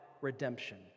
redemption